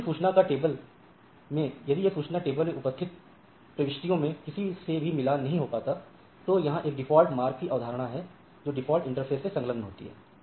यदि यह सूचना का टेबल में उपस्थित प्रविष्टियों में किसी से भी मिलान नहीं हो पाता तो यहां एक डिफ़ॉल्ट मार्ग की अवधारणा है जो डिफॉल्ट इंटरफ़ेस से संलग्न होती है